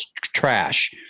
trash